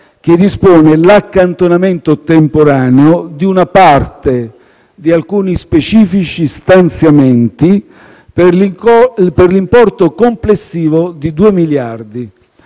che dispone l'accantonamento temporaneo di una parte di alcuni specifici stanziamenti, per l'importo complessivo di 2 miliardi.